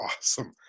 awesome